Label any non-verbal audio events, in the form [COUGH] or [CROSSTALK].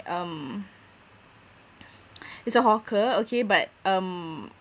um [BREATH] it's a hawker okay but um